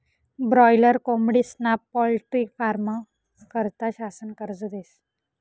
boiler कोंबडीस्ना poultry फारमं करता शासन कर्ज देस